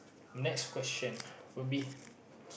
next question will be